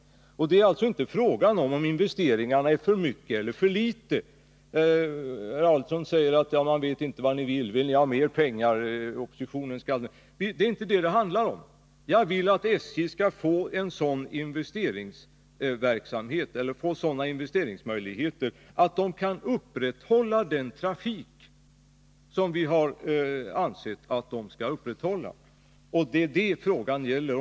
99 Det är alltså inte fråga om huruvida det är för mycket eller för litet investeringar. Herr Adelsohn säger: Ja, man vet inte vad ni vill. Vill oppositionen ha mer pengar? Det är inte överbud det handlar om. Jag vill att SJ skall få sådana investeringsmöjligheter att SJ kan upprätthålla den trafik som vi har ansett att företaget skall upprätthålla. Det är det frågan gäller.